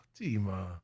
Tima